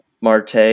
Marte